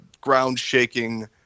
ground-shaking